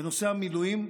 בנושא המילואים